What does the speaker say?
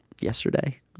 yesterday